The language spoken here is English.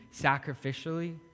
sacrificially